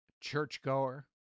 Churchgoer